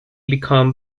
become